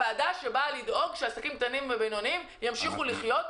אלא זוהי הוועדה שבאה לדאוג שעסקים קטנים ובינוניים ימשיכו לחיות,